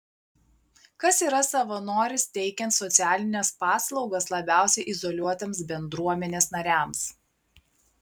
kas yra savanoris teikiant socialines paslaugas labiausiai izoliuotiems bendruomenės nariams